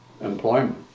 employment